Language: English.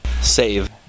Save